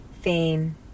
fame